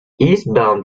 eastbound